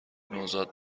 نوزاد